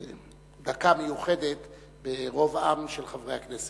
דקה מיוחדת ברוב עם של חברי הכנסת.